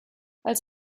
als